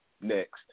next